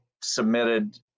submitted